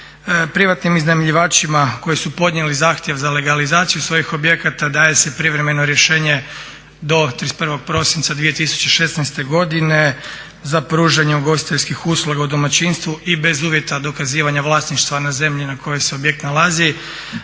privatnim iznajmljivačima koji su podnijeli zahtjev za legalizaciju svojih objekata daje se privremeno rješenje do 31.prosinca 2016.godine za pružanje ugostiteljskih usluga u domaćinstvu i bez uvjeta dokazivanja vlasništva na zemlji na kojoj se objekt nalazi,